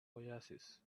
oasis